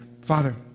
Father